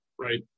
right